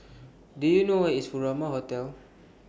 Do YOU know Where IS Furama Hotel